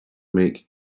make